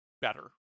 better